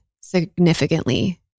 significantly